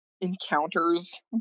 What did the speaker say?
encounters